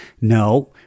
no